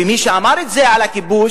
ומי שאמר את זה על הכיבוש,